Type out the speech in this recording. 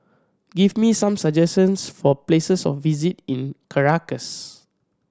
give me some suggestions for places of visit in Caracas